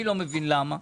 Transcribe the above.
אני לא מבין למה.